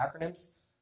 acronyms